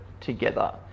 together